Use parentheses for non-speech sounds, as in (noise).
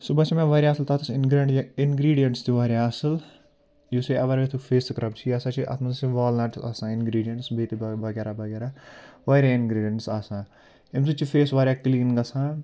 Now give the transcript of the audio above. سُہ باسیو مےٚ واریاہ اَصٕل تَتھ یُس (unintelligible) اِنٛگرٛیٖڈِیَنٹٕس تہِ واریاہ اَصٕل یُس یہِ اَوَرویتھُک فیس سٕکرَب چھِ یہِ ہَسا چھِ اَتھ منٛز چھِ والنَٹٕس آسان اِنٛگرٛیٖڈِیَنٹٕس بیٚیہِ تہٕ (unintelligible) وغیرہ وغیرہ واریاہ اِنٛگرٛیٖڈِیَنٹٕس آسان اَمہِ سۭتۍ چھِ فیس واریاہ کٕلیٖن گَژھان